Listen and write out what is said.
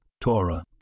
Torah